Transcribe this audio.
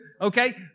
okay